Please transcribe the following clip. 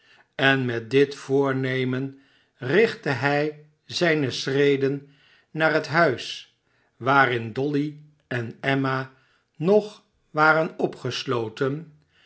en met dit voornemen richtte hij zijne schreden naar het huis waarin dolly en emma nog waren opgesloten